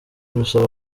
rusaba